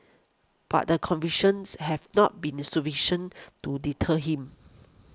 but the convictions have not been sufficient to deter him